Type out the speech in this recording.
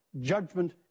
judgment